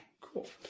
cool